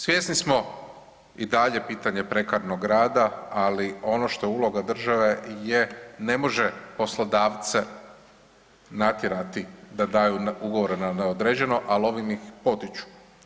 Svjesni smo i dalje pitanje prekarnog rada, ali ono što je uloga države je ne može poslodavce natjerati da daju ugovore na neodređeno, ali ovim ih potiču.